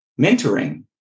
mentoring